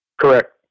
Correct